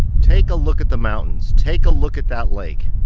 take a look at the mountains. take a look at that lake.